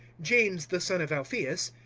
james the son of alphaeus,